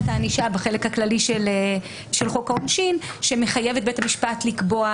הענישה בחלק הכללי של חוק העונשין שמחייב את בית המשפט לקבוע